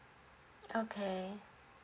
okay